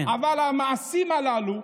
אבל המעשים הללו,